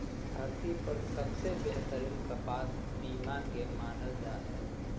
धरती पर सबसे बेहतरीन कपास पीमा के मानल जा हय